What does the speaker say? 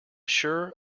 sure